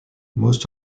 most